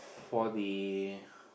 for the